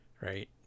right